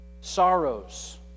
sorrows